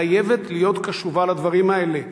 חייבת להיות קשובה לדברים האלה,